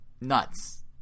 nuts